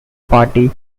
party